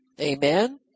Amen